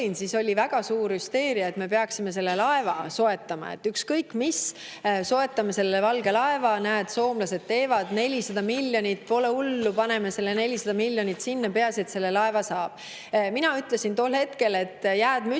olin, oli väga suur hüsteeria, et me peaksime selle [LNG-]laeva soetama. Ükskõik mis, soetame selle valge laeva, näed, soomlased teevad nii, 400 miljonit, pole hullu, paneme selle 400 miljonit sinna, peaasi et selle laeva saab. Mina ütlesin tol hetkel, et [paneme]